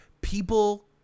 people